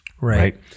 Right